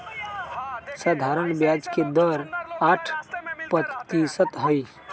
सधारण ब्याज के दर आठ परतिशत हई